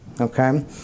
okay